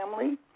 family